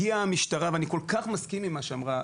מגיעה המשטרה ואני כל כך מסכים עם מה שאמרה